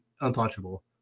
untouchable